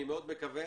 אני מאוד מקווה